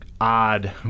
odd